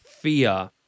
fear